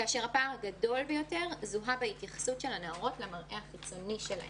כאשר הפער הגדול ביותר זוהה בהתייחסות של הנערות למראה החיצוני שלהן,